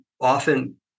often